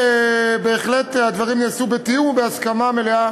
ובהחלט הדברים ייעשו בתיאום ובהסכמה מלאה